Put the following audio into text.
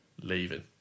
leaving